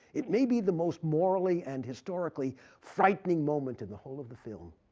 it may be the most morally and historically frightening moment in the whole of the film.